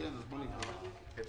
אתה